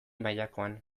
mailakoan